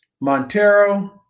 Montero